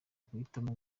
guhitamo